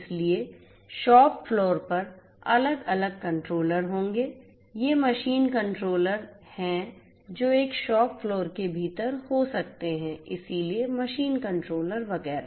इसलिए shop floor पर अलग अलग कंट्रोलर होंगे ये मशीन कंट्रोलर हैं जो एक शॉप फ्लोर के भीतर हो सकते हैं इसलिए मशीन कंट्रोलर वगैरह